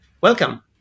Welcome